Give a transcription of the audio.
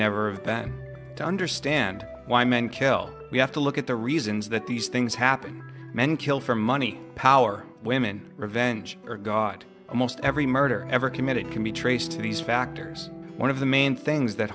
never to understand why men kill we have to look at the reasons that these things happen men kill for money power women revenge or god and most every murder ever committed can be traced to these factors one of the main things that